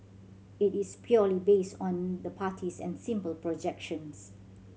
it is purely based on the parties and simple projections